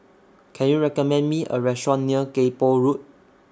Can YOU recommend Me A Restaurant near Kay Poh Road